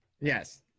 Yes